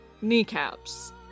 Kneecaps